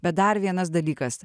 bet dar vienas dalykas